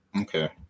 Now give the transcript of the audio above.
Okay